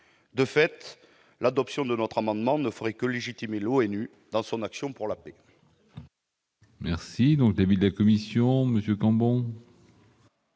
De fait, l'adoption de notre amendement ne ferait que légitimer l'ONU dans son action pour la paix. Quel est l'avis de la commission ? En